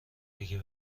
دیگه